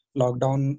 lockdown